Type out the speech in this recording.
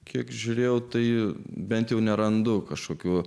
kiek žiūrėjau tai bent jau nerandu kažkokių